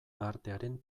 artearen